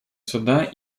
суда